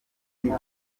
ibiri